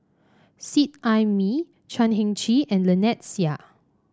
Seet Ai Mee Chan Heng Chee and Lynnette Seah